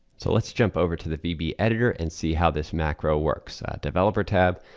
so let's jump over to the vb editor and see how this macro works. developer tab,